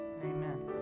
amen